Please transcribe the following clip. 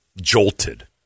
Jolted